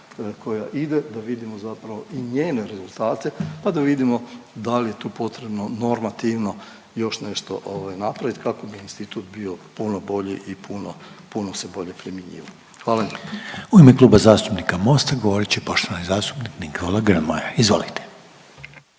se ne čuje./... njene rezultate pa da vidimo da li je tu potrebno normativno još nešto, ovaj, napraviti kako bi institut bio puno bolji i puno se bolje primjenjivao. Hvala lijepo. **Reiner, Željko (HDZ)** U ime Kluba zastupnika Mosta govorit će poštovani zastupnik Nikola Grmoja, izvolite.